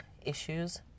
issues